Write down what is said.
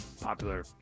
popular